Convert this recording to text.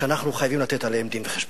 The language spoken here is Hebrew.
שאנחנו חייבים לתת עליהם דין-וחשבון.